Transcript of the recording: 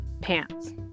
pants